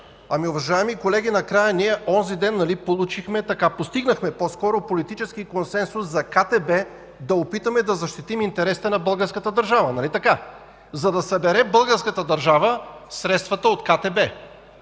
Уважаеми колеги, накрая, онзи ден нали постигнахме политически консенсус за КТБ – да опитаме да защитим интересите на българската държава? Нали така? За да събере българската държава средствата от КТБ.